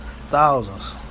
thousands